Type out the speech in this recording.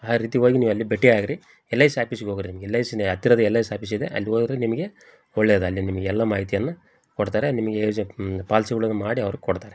ಆ ರೀತಿ ಹೋಗಿ ನೀವು ಅಲ್ಲಿ ಭೇಟಿಯಾಗ್ರಿ ಎಲ್ ಐ ಸಿ ಆಪೀಸಿಗೆ ಹೋಗಿರಿ ನೀವು ಎಲ್ ಐ ಸಿನೆ ಹತ್ತಿರದ ಎಲ್ ಐ ಸಿ ಆಪೀಸಿದೆ ಅಲ್ಲಿ ಹೋದರೆ ನಿಮಗೆ ಒಳ್ಳೇದು ಅಲ್ಲಿ ನಿಮಗೆ ಎಲ್ಲ ಮಾಹಿತಿಯನ್ನೂ ಕೊಡ್ತಾರೆ ನಿಮಗೆ ಏಜೆನ್ ಪಾಲ್ಸಿಗಳನ್ನು ಮಾಡಿ ಅವ್ರು ಕೊಡ್ತಾರೆ